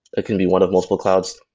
it can be one of multiple clouds,